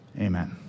Amen